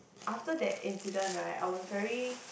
after that incident right I was very